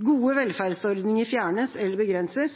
Gode velferdsordninger fjernes eller begrenses.